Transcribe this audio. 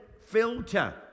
filter